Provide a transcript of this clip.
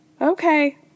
Okay